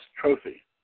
trophy